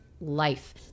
life